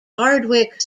hardwick